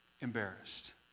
embarrassed